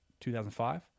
2005